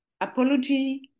apology